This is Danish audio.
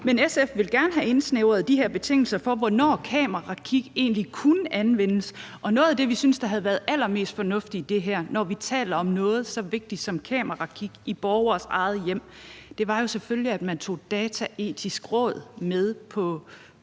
men SF vil gerne have indsnævret de her betingelser for, hvornår kamerakig egentlig kan anvendes. Og noget af det, vi synes havde været allermest fornuftigt i det her, når vi taler om noget så vigtigt som kamerakig i borgeres eget hjem, er jo selvfølgelig, at man tog Dataetisk Råd med på